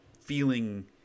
feeling